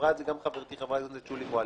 אמרה את זה גם חברתי חברת הכנסת שולי מועלם.